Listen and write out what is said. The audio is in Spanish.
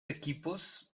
equipos